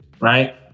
right